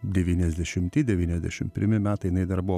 devyniasdešimti devyniasdešim pirmi metai jinai dar buvo